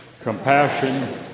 compassion